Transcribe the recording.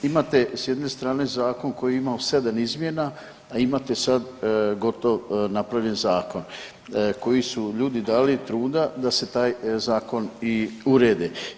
Imate s jedne strane zakon koji je imao 7 izmjena, a imate sad napravljen zakon koji su ljudi dali truda da se taj zakon i uredi.